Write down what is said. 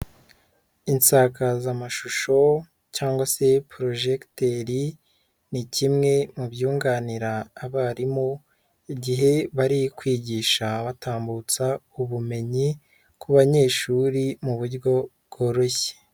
Insakazamashusho cyangwa se porojegiteri, ni kimwe mu byunganira abarimu igihe bari kwigisha batambutsa ubumenyi ku banyeshuri mu buryo bworoshye.